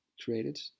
created